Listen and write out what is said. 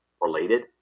related